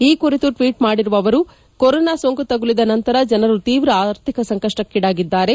ಈ ಕುರಿತು ಟ್ವೀಟ್ ಮಾಡಿರುವ ಅವರು ಕೊರೊನಾ ಸೋಂಕು ತಗುಲಿದ ನಂತರ ಜನರು ತೀವ್ರ ಆರ್ಥಿಕ ಸಂಕಷ್ಠಕ್ಕೀಡಾಗಿದ್ದಾರೆ